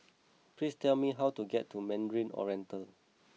please tell me how to get to Mandarin Oriental